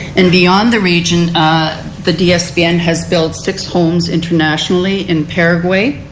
and beyond the region the dsbn has built six homes internationally in paraguay,